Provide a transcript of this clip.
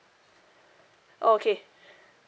oh okay